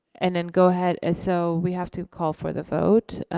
and then go ahead, and so we have to call for the vote.